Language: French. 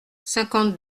cinquante